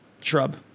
shrub